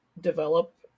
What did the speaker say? Develop